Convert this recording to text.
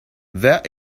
that